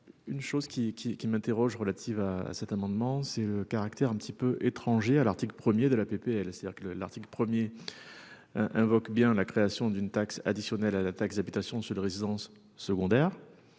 Une chose qui qui qui m'interroge relatives à cet amendement, c'est le caractère un petit peu étranger à l'article 1er de la PPL, c'est-à-dire que le, l'article 1er. Invoque bien la création d'une taxe additionnelle à la taxe d'habitation sur les résidences secondaires.